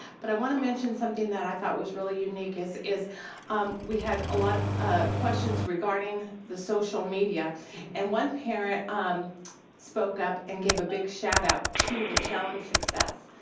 but i wanna mention something that i thought was really unique is, is we had a lot of questions regarding the social media and one parent um spoke up and gave a big shout out to the challenge success,